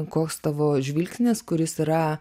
koks tavo žvilgsnis kuris yra